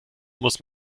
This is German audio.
muss